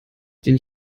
den